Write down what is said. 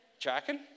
Tracking